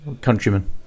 countrymen